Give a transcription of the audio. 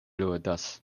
ludas